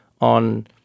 on